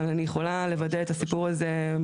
אבל אני יכולה לוודא את הסיפור הזה.